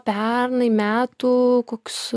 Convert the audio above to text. pernai metų koks